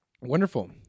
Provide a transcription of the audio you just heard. Wonderful